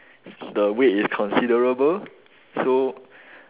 the weight is considerable so